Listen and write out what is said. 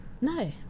no